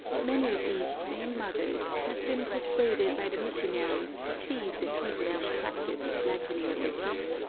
many of these same mothers have been persuaded by the missionaries to cease the heathenish practice of blackening their teeth,